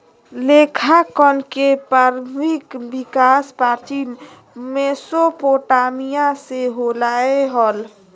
लेखांकन के प्रारंभिक विकास प्राचीन मेसोपोटामिया से होलय हल